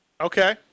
Okay